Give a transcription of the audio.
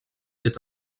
est